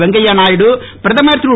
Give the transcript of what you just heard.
வெங்கைய நாயுடு பிரதமர் திரு